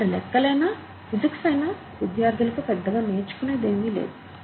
ఇక్కడ లెక్కలైనా ఫిజిక్స్ అయినా విద్యార్థులు పెద్దగా నేర్చుకునేది ఏమి లేదు